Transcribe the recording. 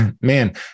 man